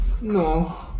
No